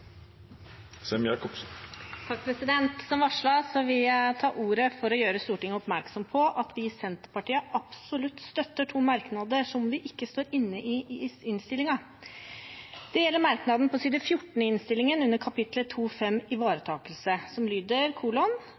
Som varslet vil jeg ta ordet for å gjøre Stortinget oppmerksom på at vi i Senterpartiet absolutt støtter to merknader som vi ikke står inne i i innstillingen. Det gjelder merknaden på side 14 i innstillingen under kapittel 2.5, Ivaretakelse, som lyder: